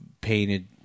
painted